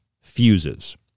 fuses